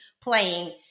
playing